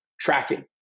tracking